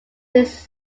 his